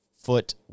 foot